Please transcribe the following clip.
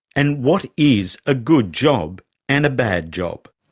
and what is a good job and a bad job?